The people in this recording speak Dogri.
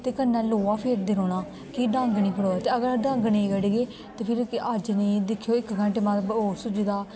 ते कन्ने लोहा फेरदे रौहना कि डंग नेईं खडोऐ अगर अस डंग नेई कढगे ते फिर हत्थ दिक्खेओ इक घंटे बाद और सुजदा